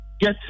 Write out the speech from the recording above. get